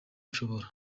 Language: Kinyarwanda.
nshobora